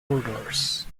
odors